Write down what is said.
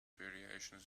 variations